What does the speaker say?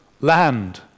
land